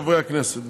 חברי הכנסת,